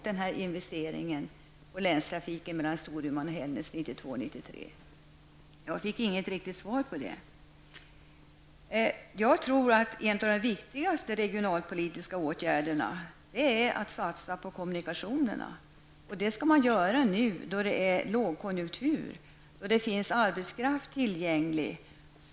Jag fick inte något riktigt svar på det. Jag tror att satsningar på kommunikationer är en av de viktigaste regionalpolitiska åtgärderna. Det skall man göra nu när det är lågkonjunktur och arbetskraft finns tillgänglig.